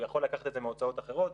הוא יכול לקחת את זה מהוצאות אחרות,